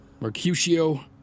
Mercutio